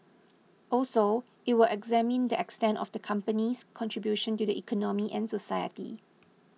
also it will examine the extent of the company's contribution to the economy and society